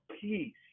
peace